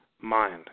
mind